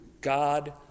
God